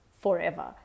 forever